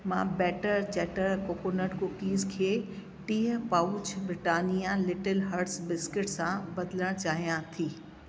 मां butter chatter coconut cookies खे टीह pouch Britannia little hearts biscuits सां बदिलणु चाहियां थी